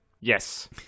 Yes